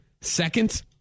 Second